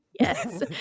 Yes